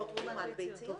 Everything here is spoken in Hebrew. חוק תרומת ביציות.